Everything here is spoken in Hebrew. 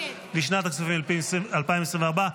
לשנת הכספים 2024,